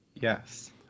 Yes